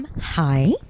Hi